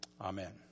Amen